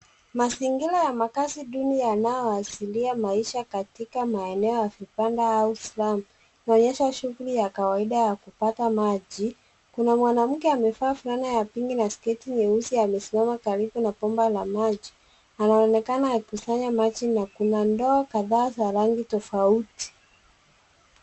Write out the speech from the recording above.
Mazingira ya makazi duni yanayoasilia maisha katika maeneo ya vibanda au slam, inaonyesha shughuli ya kawaida ya kupata maji. Kuna mwanamke amevaa fulana ya pinki na sketi nyeusi amesimama karibu na bomba la maji. Anaonekana akikusanya maji na kuna ndoo kadhaa za rangi tofauti.